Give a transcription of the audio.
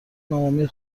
ناامید